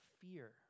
fear